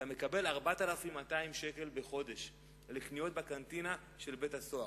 אתה מקבל 4,200 שקל בחודש לקניות בקנטינה של בית-הסוהר.